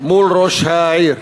מול ראש העיר.